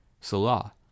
Salah